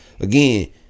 Again